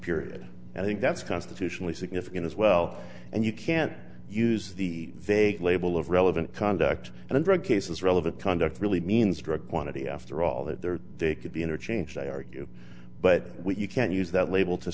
period i think that's constitutionally significant as well and you can't use the vague label of relevant conduct and drug cases relevant conduct really means drug quantity after all that there they could be interchanged they argue but you can't use that label to